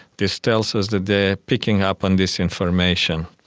this tells us that they are picking up on this information.